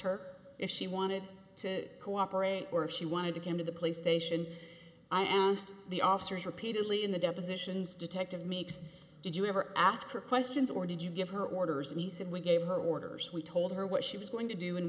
her if she wanted to cooperate or she wanted to come to the play station i asked the officers repeatedly in the depositions detective meeks did you ever ask her questions or did you give her orders and he said we gave her orders we told her what she was going to do and